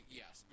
yes